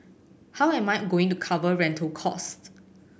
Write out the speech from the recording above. how am I going to cover rental cost